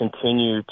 continue